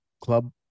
club